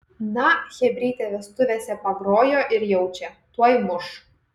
na chebrytė vestuvėse pagrojo ir jaučia tuoj muš